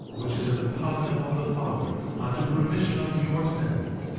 which is in the covenant of the father unto the remission of your sins,